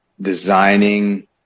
designing